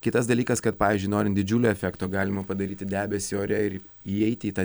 kitas dalykas kad pavyzdžiui norint didžiulio efekto galima padaryti debesį ore ir įeiti į tą